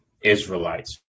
israelites